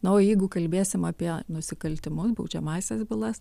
na o jeigu kalbėsim apie nusikaltimus baudžiamąsias bylas